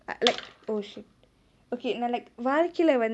like oh shit okay like வாழ்க்கையிலே:vaalkaiyilae